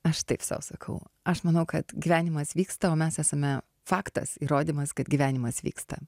aš taip sau sakau aš manau kad gyvenimas vyksta o mes esame faktas įrodymas kad gyvenimas vyksta